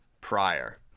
prior